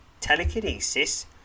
telekinesis